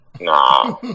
Nah